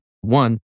one